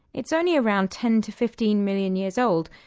it's only around ten to fifteen million years old,